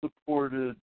Supported